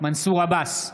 מנסור עבאס,